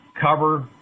cover